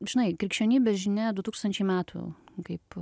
žinai krikščionybės žinia du tūkstančiai metų nu kaip